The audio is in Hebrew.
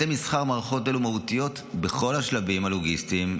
בבתי מסחר מערכות אלו מהותיות בכל השלבים הלוגיסטיים,